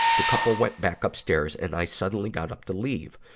the couple went back upstairs and i suddenly got up to leave.